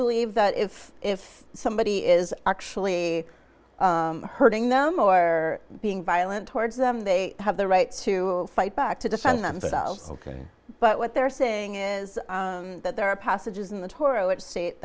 believe that if if somebody is actually hurting them or being violent towards them they have the right to fight back to defend themselves ok but what they're saying is that there are passages in the torah which s